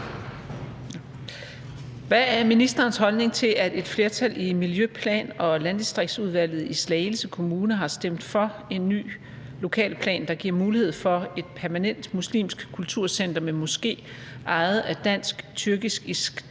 Hvad er ministerens holdning til, at et flertal i Miljø-, Plan- og Landdistriktsudvalget i Slagelse Kommune har stemt for en ny lokalplan, der giver mulighed for et permanent muslimsk kulturcenter med moské ejet af Dansk Tyrkisk